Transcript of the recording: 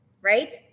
right